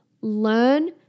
learn